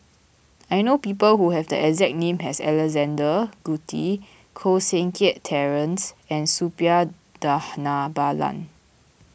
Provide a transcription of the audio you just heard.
I know people who have the exact name as Alexander Guthrie Koh Seng Kiat Terence and Suppiah Dhanabalan